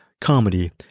comedy